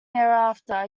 thereafter